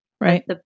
Right